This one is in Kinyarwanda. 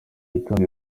gitondo